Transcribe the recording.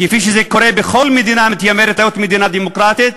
כפי שזה קורה בכל מדינה המתיימרת להיות מדינה דמוקרטית,